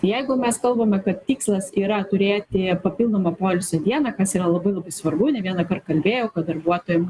jeigu mes kalbame kad tikslas yra turėti papildomą poilsio dieną kas yra labai svarbu ne vienąkart kalbėjau kad darbuotojam